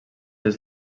des